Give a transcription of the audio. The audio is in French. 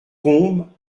combe